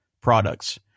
products